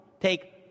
Take